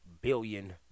billion